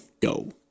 Go